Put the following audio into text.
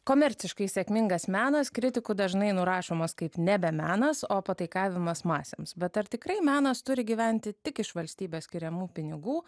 komerciškai sėkmingas menas kritikų dažnai nurašomas kaip nebe menas o pataikavimas masėms bet ar tikrai menas turi gyventi tik iš valstybės skiriamų pinigų